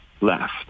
left